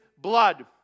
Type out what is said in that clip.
blood